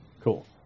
Cool